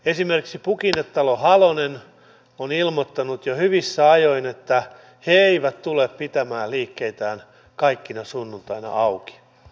esimerkiksi pukinetalo halonen on ilmoittanut jo hyvissä ajoin että he eivät tule pitämään liikkeitään kaikkina sunnuntaina auki